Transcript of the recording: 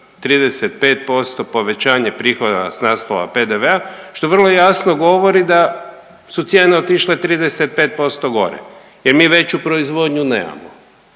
35% povećanje prihoda s naslova PDV-a što vrlo jasno govori da su cijene otišle 35% gore jer mi veću proizvodnju nemamo.